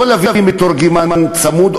לא להביא מתורגמן צמוד,